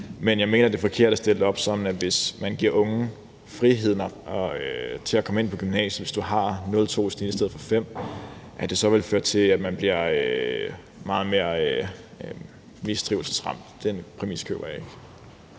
men jeg mener, det er forkert at stille det op sådan, at hvis man giver unge friheden til at komme ind på gymnasiet, hvis de har 02 i snit i stedet for 5, så vil det føre til, at de bliver meget mere mistrivselsramt. Den præmis køber jeg ikke.